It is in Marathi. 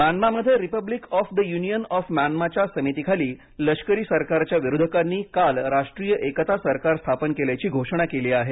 म्यानमा म्यानमारमध्ये Republic of the Union of म्यानमाच्या समितीखाली लष्करी सरकारच्या विरोधकांनी काल राष्ट्रीय एकता सरकार स्थापन केल्याची घोषणा केली आहे